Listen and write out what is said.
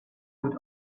would